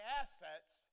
assets